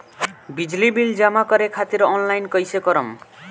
बिजली बिल जमा करे खातिर आनलाइन कइसे करम?